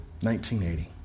1980